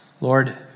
Lord